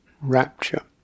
rapture